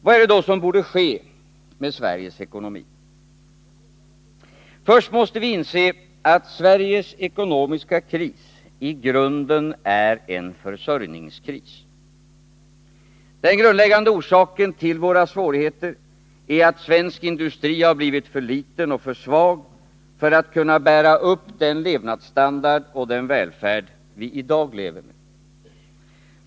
Vad är det då som borde ske med Sveriges ekonomi? Först måste vi inse att Sveriges ekonomiska kris i grunden är en försörjningskris. Den grundläggande orsaken till våra svårigheter är att svensk industri har blivit för liten och för svag för att kunna bära upp den levnadsstandard och den välfärd vi i dag lever med.